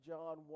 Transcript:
John